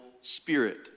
spirit